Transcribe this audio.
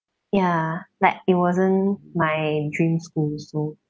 ya like it wasn't my dream school so